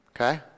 Okay